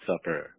supper